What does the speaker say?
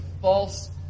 false